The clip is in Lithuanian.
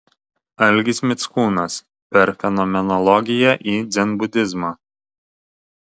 algis mickūnas per fenomenologiją į dzenbudizmą